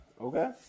Okay